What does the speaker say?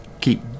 keep